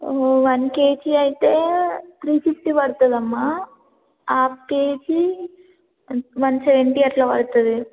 one KG అయితే three fifty పడుతుందమ్మా half KG one seventy అట్లా పడుతుంది